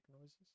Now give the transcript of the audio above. noises